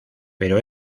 pero